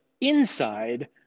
inside